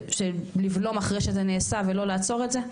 של לבלום אחרי שזה נעשה ולא לעצור את זה?